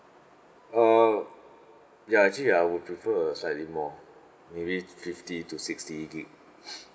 uh ya actually I would prefer a slightly more maybe fifty to sixty gig